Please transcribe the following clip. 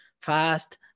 fast